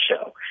show